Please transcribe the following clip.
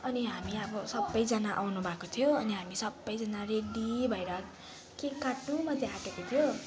अनि हामी अब सबैजना आउनुभएको थियो अनि हामी सबैजना रेडी भएर केक काट्नु मात्रै आँटेको थियो